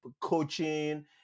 coaching